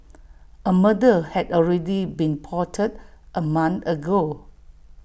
A murder had already been plotted A month ago